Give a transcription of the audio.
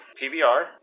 PBR